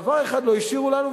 דבר אחד לא השאירו לנו,